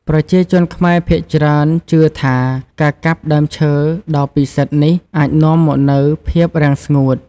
ប្រជាជនខ្មែរភាគច្រើនជឿថា ការកាប់ដើមឈើដ៏ពិសិដ្ឋនេះអាចនាំមកនូវភាពរាំងស្ងួត។